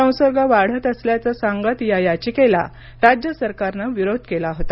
संसर्ग वाढत असल्याचं सांगत या याचिकेला राज्य सरकारनं विरोध केला होता